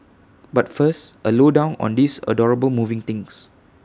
but first A low down on these adorable moving things